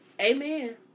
Amen